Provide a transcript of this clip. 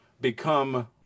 become